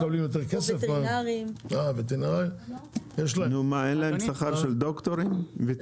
לווטרינרים אין שכר של דוקטורים?